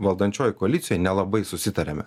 valdančiojoj koalicijoj nelabai susitarėme